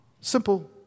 Simple